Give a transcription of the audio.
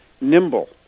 nimble